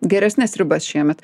geresnes ribas šiemet